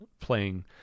playing